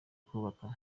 kubaka